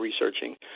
researching